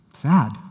sad